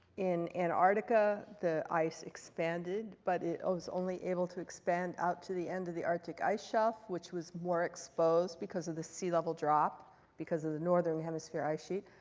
in antarctica, the ice expanded, but it was only able to expand out to the end of the arctic ice shelf, which was more exposed because of the sea level drop because of the northern hemisphere ice sheet.